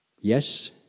Yes